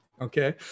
Okay